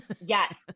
Yes